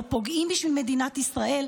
או פוגעים בשביל מדינת ישראל,